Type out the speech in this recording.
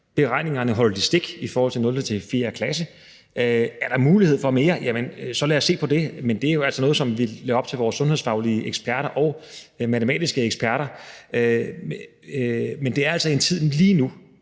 beregningerne stik i forhold til 0.-4. klasse? Er der mulighed for mere, så lad os se på det. Men det er jo altså noget, som vi må lade være op til vores sundhedsfaglige eksperter og matematiske eksperter. Jeg vil nødig